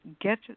get